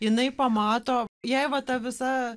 jinai pamato jai va ta visa